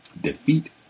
defeat